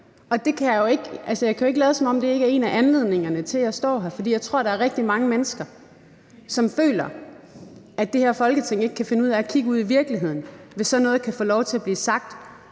Jeg kan jo ikke lade, som om det ikke er en af anledningerne til, at jeg står her, for jeg tror, at der er rigtig mange mennesker, der føler, at det her Folketing ikke kan finde ud af at kigge ud i virkeligheden, hvis sådan noget kan få lov til at blive sagt